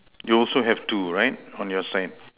you also have two right on your side